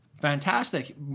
Fantastic